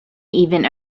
even